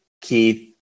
Keith